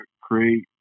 create